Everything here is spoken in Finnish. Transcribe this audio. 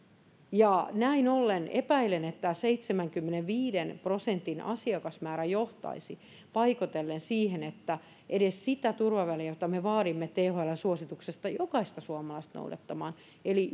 ja näin ollen epäilen että seitsemänkymmenenviiden prosentin asiakasmäärä johtaisi paikoitellen siihen että edes sitä turvaväliä jota me vaadimme thln suosituksesta jokaista suomalaista noudattamaan eli